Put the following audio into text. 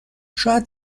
شاید